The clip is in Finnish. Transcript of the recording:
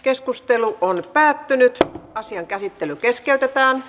keskustelu päättyi ja asian käsittely keskeytettiin